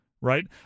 right